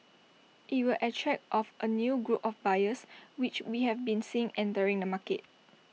IT will attract of A new group of buyers which we have been seeing entering the market